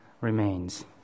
remains